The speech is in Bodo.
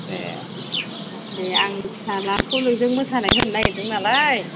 ए दे आं फिसाज्लाखौ नोंजों मोसानाय होनो नागिरदों नालाय